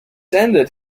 ended